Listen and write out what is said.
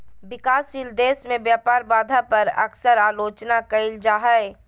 विकासशील देश में व्यापार बाधा पर अक्सर आलोचना कइल जा हइ